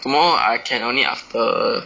tomorrow I can only after